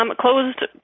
closed